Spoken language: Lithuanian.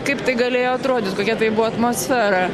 kaip tai galėjo atrodyt kokia tai buvo atmosfera